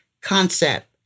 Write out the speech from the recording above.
concept